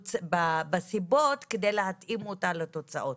בסיבות כדי להתאים אותה לתוצאות.